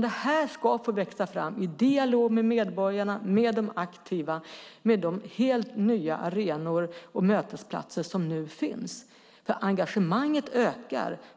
Detta ska få växa fram i dialog med medborgarna och med de aktiva på de helt nya arenor och mötesplatser som nu finns. Engagemanget